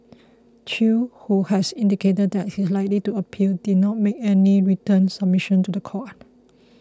chew who has indicated that he is likely to appeal did not make any written submission to the court